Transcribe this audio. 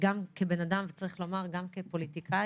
גם כבן אדם וצריך לומר: גם כפוליטיקאי.